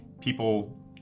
people